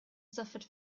suffered